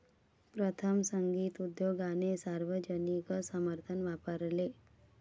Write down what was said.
प्रथम, संगीत उद्योगाने सार्वजनिक समर्थन वापरले